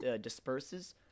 disperses